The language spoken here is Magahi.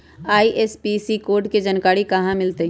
आई.एफ.एस.सी कोड के जानकारी कहा मिलतई